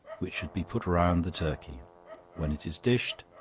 which should be put round the turkey when it is dished,